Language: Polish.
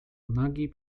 nagi